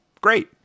great